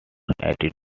attitude